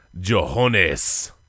Johannes